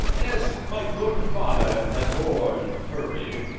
yes my good father abhorred hurry.